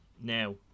Now